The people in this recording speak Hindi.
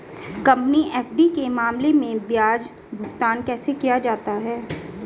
कंपनी एफ.डी के मामले में ब्याज भुगतान कैसे किया जाता है?